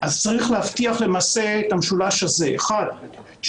צריך להבטיח את המשולש הזה: דבר ראשון,